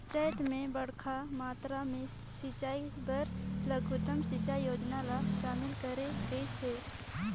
चैत मे बड़खा मातरा मे सिंचई बर लघुतम सिंचई योजना ल शामिल करे गइस हे